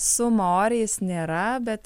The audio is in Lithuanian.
su maoriais nėra bet